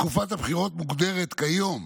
תקופת הבחירות מוגדרת כיום